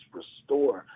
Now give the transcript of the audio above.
restore